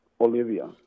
olivia